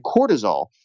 cortisol